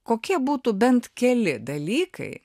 kokie būtų bent keli dalykai